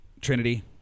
Trinity